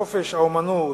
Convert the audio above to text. חופש האמנות,